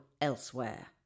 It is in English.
elsewhere